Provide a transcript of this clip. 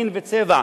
מין וצבע,